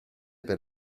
per